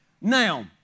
Now